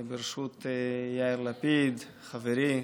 בראשות יאיר לפיד, חברי,